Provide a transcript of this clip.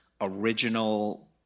original